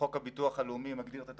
חוק הביטוח הלאומי מגדיר את התפקידים,